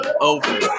over